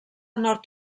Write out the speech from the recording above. nord